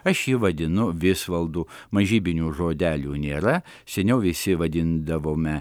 aš jį vadinu visvaldu mažybinių žodelių nėra seniau visi vadindavome